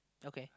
okay